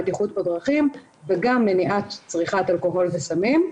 בטיחות בדרכים וגם מניעת צריכת אלכוהול וסמים.